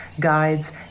Guides